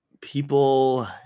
people